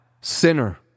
sinner